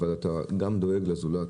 אבל אתה דואג גם לזולת,